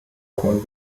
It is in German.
cohn